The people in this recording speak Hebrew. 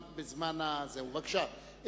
בבקשה,